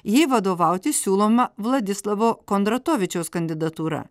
jai vadovauti siūloma vladislavo kondratovičiaus kandidatūra